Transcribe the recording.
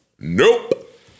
nope